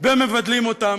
ומבדלים אותם?